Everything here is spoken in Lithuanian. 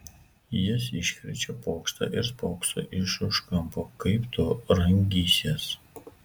jis iškrečia pokštą ir spokso iš už kampo kaip tu rangysies